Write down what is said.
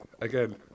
again